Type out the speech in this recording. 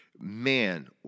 man